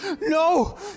No